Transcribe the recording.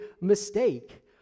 mistake